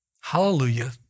hallelujah